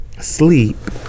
Sleep